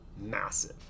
massive